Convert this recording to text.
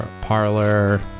parlor